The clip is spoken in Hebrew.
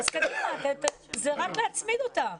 זה רק להצמיד אותם.